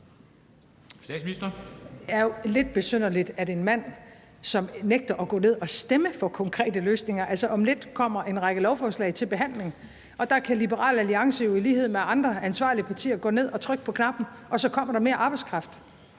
Det jo lidt besynderligt at høre fra en mand, som nægter at gå ned og stemme for konkrete løsninger. Om lidt kommer en række lovforslag til behandling, og der kan Liberal Alliance jo i lighed med andre ansvarlige partier at gå ned og trykke på knappen, og så kommer der mere arbejdskraft.